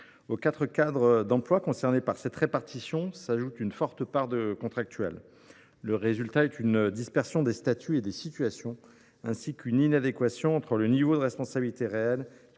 Aux quatre cadres d’emploi concernés par cette répartition s’ajoute une forte part de contractuels. Le résultat est une dispersion des statuts et des situations, ainsi qu’une inadéquation entre le niveau de responsabilité réel